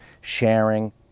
sharing